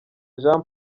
jean